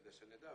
כדי שנדע,